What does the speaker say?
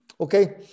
Okay